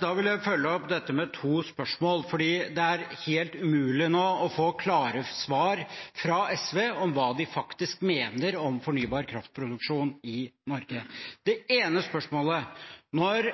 Da vil jeg følge opp dette med to spørsmål, for det er helt umulig nå å få klare svar fra SV om hva de faktisk mener om fornybar kraft-produksjon i Norge. Det ene spørsmålet er: Når